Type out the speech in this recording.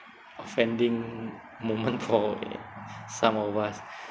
offending moment for some of us